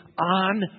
on